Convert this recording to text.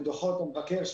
לדוחות המבקר.